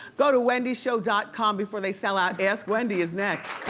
go to wendyshow dot com before they sell out. ask wendy is next.